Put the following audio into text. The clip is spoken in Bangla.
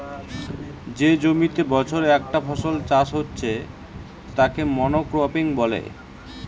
যে জমিতে বছরে একটা ফসল চাষ হচ্ছে তাকে মনোক্রপিং বলে